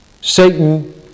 Satan